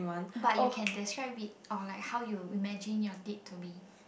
but you can that's why we or how you imagine your date to be